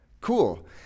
Cool